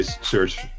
search